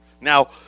Now